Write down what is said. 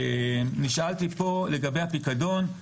נשאלתי פה לגבי הפיקדון,